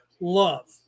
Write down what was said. love